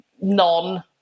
non